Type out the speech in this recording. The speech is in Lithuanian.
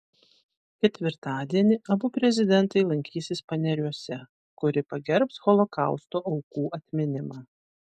ketvirtadienį abu prezidentai lankysis paneriuose kuri pagerbs holokausto aukų atminimą